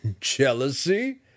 Jealousy